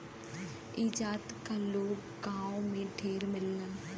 ई जाति क लोग गांव में ढेर मिलेलन